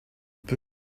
peu